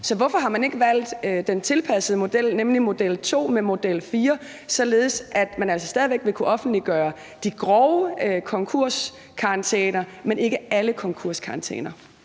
Så hvorfor har man ikke valgt den tilpassede model, nemlig model 2 kombineret med model 4, således at man altså stadig væk vil kunne offentliggøre de grove tilfælde af konkurskarantæner, men ikke alle konkurskarantæner?